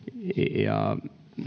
ja